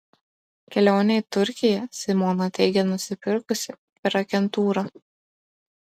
kelionę į turkiją simona teigia nusipirkusi per agentūrą